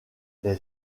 les